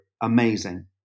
amazing